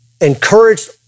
encouraged